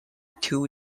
two